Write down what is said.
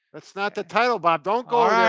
that's not the title, bob, don't go